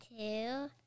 two